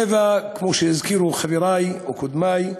לפי אמנת ז'נבה, כמו שהזכירו חברי או קודמי,